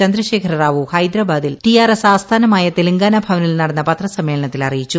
ചന്ദ്രശേഖരറാവു ഹൈദരാബാദിൽ ടിആർഎസ് ആസ്ഥാനമായ തെലങ്കാന ഭവനിൽ നടന്ന പത്രസമ്മേളനത്തിൽ അറിയിച്ചു